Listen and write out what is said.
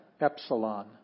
Epsilon